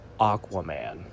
aquaman